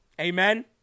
Amen